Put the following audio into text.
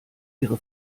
ihre